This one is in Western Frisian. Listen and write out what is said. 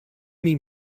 myn